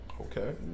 Okay